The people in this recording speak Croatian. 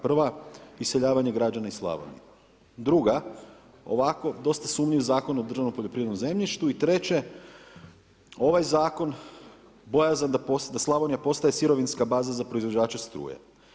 Prva, iseljavanje građana iz Slavonije, druga, ovako osta sumnjiv Zakon o državnom poljoprivrednom zemljištu i treće, ovaj zakon, bojazan da Slavonija ostaje sirovinska baza za proizvođače struje.